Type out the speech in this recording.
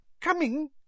coming